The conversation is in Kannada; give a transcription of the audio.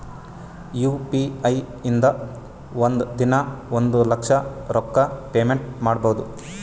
ಯು ಪಿ ಐ ಇಂದ ಒಂದ್ ದಿನಾ ಒಂದ ಲಕ್ಷ ರೊಕ್ಕಾ ಪೇಮೆಂಟ್ ಮಾಡ್ಬೋದ್